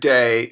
Day